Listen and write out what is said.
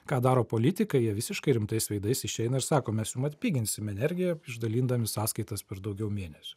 ką daro politikai jie visiškai rimtais veidais išeina ir sako mes jums atpiginsim energiją išdalindami sąskaitas per daugiau mėnesių